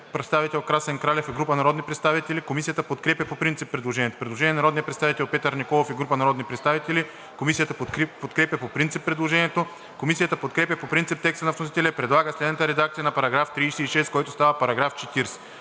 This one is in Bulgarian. представител Красен Кралев и група народни представители. Комисията подкрепя по принцип предложението. Предложение на народния представител Петър Николов и група народни представители. Комисията подкрепя по принцип предложението. Комисията подкрепя по принцип текста на вносителя и предлага следната редакция на § 36, който става § 40: „§ 40.